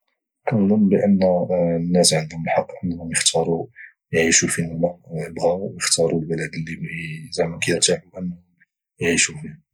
انظن بانه الناس عندهم الحق يختاروا يعيشوا فين ما بغوا يختاروا البلد اللي كايرتاحو عيشوا فيه